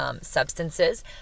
substances